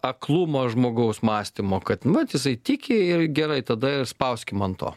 aklumą žmogaus mąstymo kad vat jisai tiki ir gerai tada ir spauskim an to